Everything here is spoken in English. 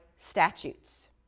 statutes